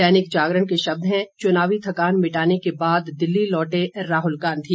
दैनिक जागरण के शब्द हैं चुनावी थकान मिटाने के बाद दिल्ली लौटे राहुल गांधी